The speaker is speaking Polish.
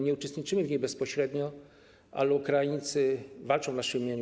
Nie uczestniczymy w niej bezpośrednio, ale Ukraińcy walczą w naszym imieniu.